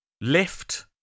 Lift